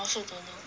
I also don't know